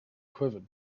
quivered